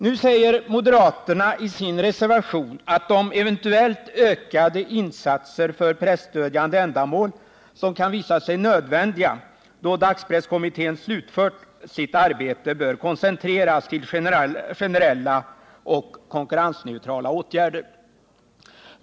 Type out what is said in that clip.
Nu säger moderaterna i sin reservation att de eventuellt ökade insatser för presstöd jande ändamål som kan visa sig nödvändiga då dagspresskommittén slutfört sitt arbete bör koncentreras till generella och konkurrensneutrala åtgärder.